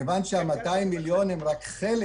מכיוון שה-200 מיליון שקל הם רק חלק